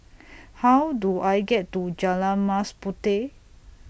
How Do I get to Jalan Mas Puteh